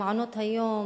מעונות-היום,